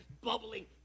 bubbling